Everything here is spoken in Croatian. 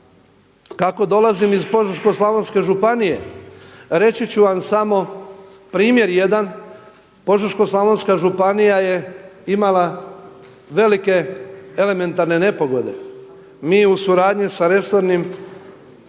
Kako dolazim iz Požeško-slavonske županije reći ću vam samo primjer jedan, Požeško-slavonska županija je imala velike elementarne nepogode, mi u suradnji sa resornim